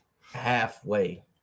halfway